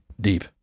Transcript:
deep